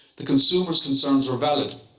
the consumer's concerns are valid,